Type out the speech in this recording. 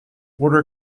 order